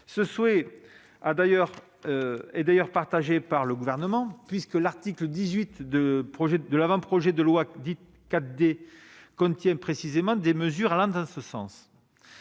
Ce souhait est d'ailleurs partagé par le Gouvernement, puisque l'article 18 de l'avant-projet de loi dit 4D contient précisément des mesures allant en ce sens.